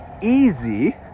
easy